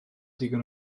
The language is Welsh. digon